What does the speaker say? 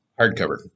hardcover